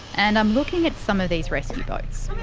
and i'm looking at some of these rescue boats.